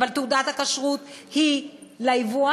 אבל תעודת הכשרות היא ליבואן.